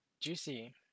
Juicy